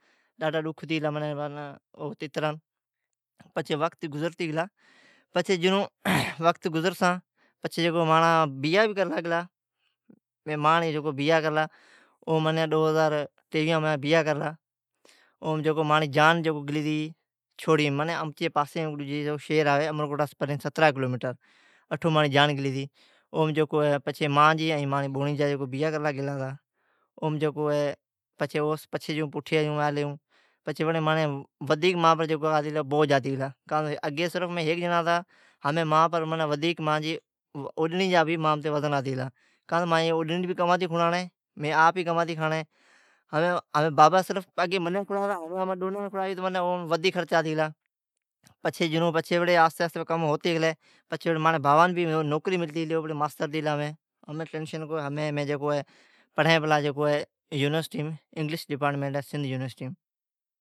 ڈاڈھا ڈکھ ھتی گلا منین، پچھے وقت گزرتی گیلا پچھے جینئوں وقت گزرتا مانڑو بیہاں کرلا اے مانڑو جیکا بیہاں کرلا او جانڑے ڈوں ہزار ٹیویہاں ماں بیہاں کرلا او جیکو جان جکو گیلی تی ماناں چھوڑی ماناں امرکوٹ رے پاسے شہر آوے سترینہں کلومیٹر اٹھ مانڑوں را جان گیلی تی، پچھے مانجی ائیں مانجا بھانڑیجا بیجا گیلا ہتا او جکو اہے پچھے جکو پٹھے ہالی مان متھی بوج آتی گلا وڑےمانڑی مانجی اوڈڑین جا بھی مان متھی بوج آتی گلا اگے صرف ہیک جنڑا تھا پچھے ہمیں بابا صرف ودھیک خرچا ڈیلا پچھے آہستے آہستے کام ہوتے گیلا۔ پچھے بابا ناں بھی نوکری ملتی او ماستر تھی لا ہمیں کوئی ٹینشن کو اہے۔ ہمیں پڑہیں پلا انگلش ڈپارٹمینٹ اہے سندھ یونیورسٹی